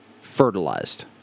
fertilized